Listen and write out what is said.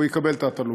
מה, הוא יקבל תת-אלוף?